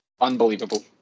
unbelievable